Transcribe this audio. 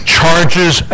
charges